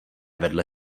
vedle